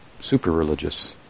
super-religious